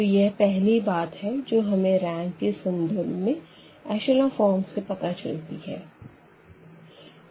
तो यह पहली बात है जो हमें रैंक के संदर्भ में एशलों फ़ॉर्म से पता चलती है